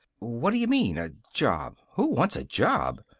what d'you mean, a job? who wants a job!